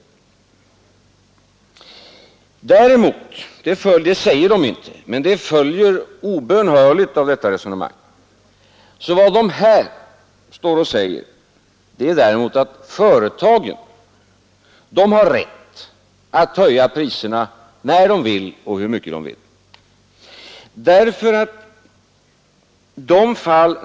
Däremot — detta säger de inte, men det följer obönhörligt av detta resonemang — har företagen rätt att höja priserna när de vill och hur mycket de vill.